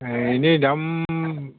এনেই দাম